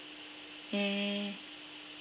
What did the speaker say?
mm